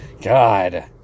God